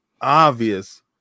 obvious